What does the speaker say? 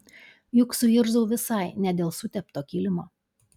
juk suirzau visai ne dėl sutepto kilimo